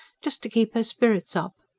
just to keep her spirits up.